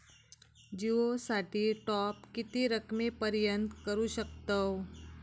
जिओ साठी टॉप किती रकमेपर्यंत करू शकतव?